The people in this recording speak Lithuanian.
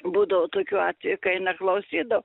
būdavo tokių atvejų kai neklausydavo